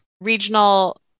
regional